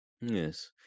Yes